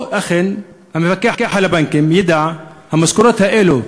או, אכן, שהמפקח על הבנקים ידע, המשכורות האלה,